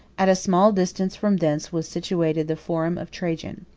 at a small distance from thence was situated the forum of trajan.